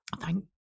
Thank